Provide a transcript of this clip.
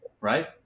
right